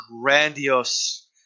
grandiose